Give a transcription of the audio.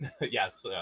Yes